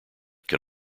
can